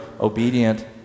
obedient